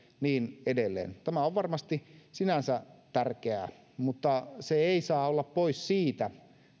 niin edelleen tämä on varmasti sinänsä tärkeää mutta se ei saa olla pois siitä